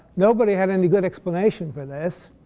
nobody had any good explanation for this.